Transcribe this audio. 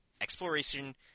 exploration